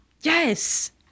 yes